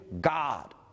God